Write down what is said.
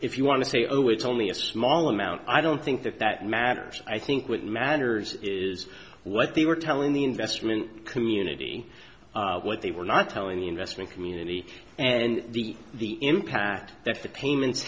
if you want to say always only a small amount i don't think that that matters i think what matters is what they were telling the investment community what they were not telling the investment community and the the impact that the payments